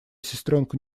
сестренку